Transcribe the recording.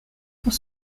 pour